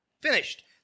finished